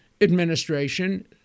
administration